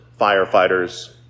firefighters